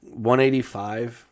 185